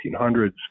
1800s